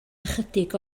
ychydig